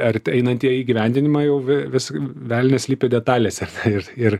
art einantieji įgyvendinimai jau v vis velnias slypi detalėse ir ir